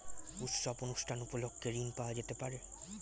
উৎসব অনুষ্ঠান উপলক্ষে ঋণ পাওয়া যেতে পারে?